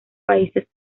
países